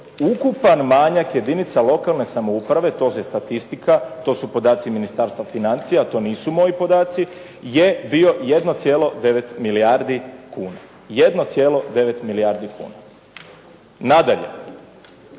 ukupan manjak jedinica lokalne samouprave, to je statistika, to su podaci Ministarstva financija, to nisu moji podaci, je bio 1,9 milijardi kuna. Nadalje,